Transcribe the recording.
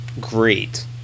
great